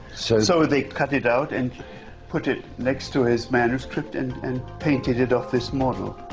so so they cut it out and put it next to his manuscript and and painted it off this model.